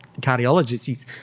cardiologist